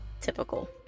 Typical